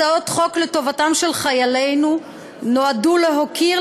הצעות חוק לטובתם של חיילינו נועדו להוקיר,